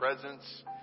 presence